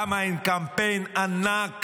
למה אין קמפיין ענק